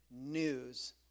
news